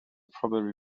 probably